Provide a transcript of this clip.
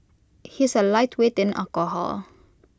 he is A lightweight in alcohol